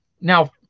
Now